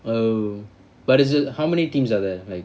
oh but is it how many teams are there like